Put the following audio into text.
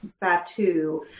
Batu